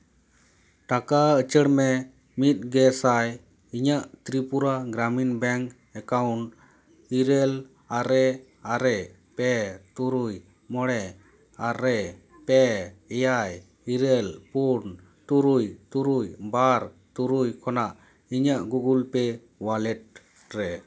ᱴᱟᱠᱟ ᱩᱪᱟᱹᱲ ᱢᱮ ᱢᱤᱫ ᱜᱮ ᱥᱟᱭ ᱤᱧᱟᱹᱜ ᱛᱨᱤᱯᱩᱨᱟ ᱜᱨᱟᱢᱤᱱ ᱵᱮᱝᱠ ᱮᱠᱟᱣᱩᱱᱴ ᱤᱨᱟᱹᱞ ᱟᱨᱮ ᱟᱨᱮ ᱯᱮ ᱛᱩᱨᱩᱭ ᱢᱚᱬᱮ ᱟᱨᱮ ᱯᱮ ᱮᱭᱟᱭ ᱤᱨᱟᱹᱞ ᱯᱩᱱ ᱛᱩᱨᱩᱭ ᱛᱩᱨᱩᱭ ᱵᱟᱨ ᱛᱩᱨᱩᱭ ᱠᱷᱚᱱᱟᱜ ᱤᱧᱟᱹᱜ ᱜᱩᱜᱩᱞ ᱯᱮ ᱚᱣᱟᱞᱮᱴ ᱨᱮ